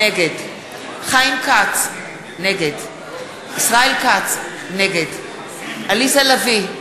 נגד חיים כץ, נגד ישראל כץ, נגד עליזה לביא,